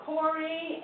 Corey